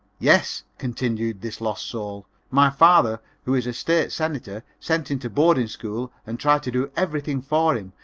yes, continued this lost soul, my father, who is a state senator, sent him to boarding school and tried to do everything for him,